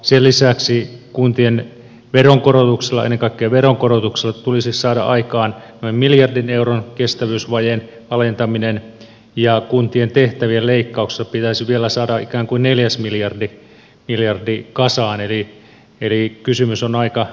sen lisäksi kuntien veronkorotuksilla ennen kaikkea veronkorotuksilla tulisi saada aikaan noin miljardin euron kestävyysvajeen alentaminen ja kuntien tehtävien leikkauksella pitäisi vielä saada ikään kuin neljäs miljardi kasaan eli kysymys on aika vaikeasta kokonaisuudesta